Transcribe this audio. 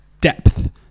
depth